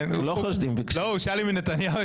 הוא מוזמן לשם דיגיטלית, רון.